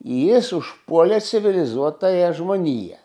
jis užpuolė civilizuotąją žmoniją